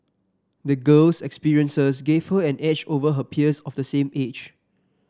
the girl's experiences gave her an edge over her peers of the same age